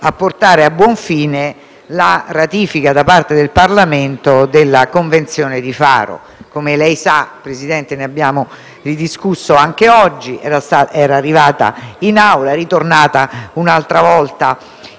a portare a buon fine la ratifica da parte del Parlamento della Convenzione di Faro. Come lei sa, Presidente, ne abbiamo discusso anche oggi: era arrivata in Aula ed è ritornata in Commissione.